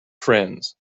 friends